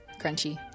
crunchy